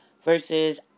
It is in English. Versus